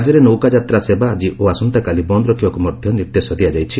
ରାଜ୍ୟରେ ନୌକା ଯାତ୍ରା ସେବା ଆଜି ଓ ଆସନ୍ତାକାଲି ବନ୍ଦ ରଖିବାକୁ ମଧ୍ୟ ନିର୍ଦ୍ଦେଶ ଦିଆଯାଇଛି